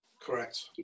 Correct